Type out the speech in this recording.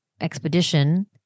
expedition